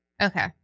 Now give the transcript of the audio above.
Okay